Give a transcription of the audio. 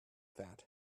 that